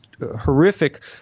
horrific